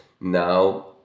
now